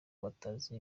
batazi